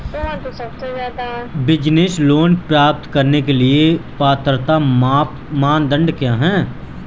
Business loan प्राप्त करने के लिए पात्रता मानदंड क्या हैं?